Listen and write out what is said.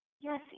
Yes